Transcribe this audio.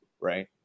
right